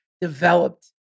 developed